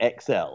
XL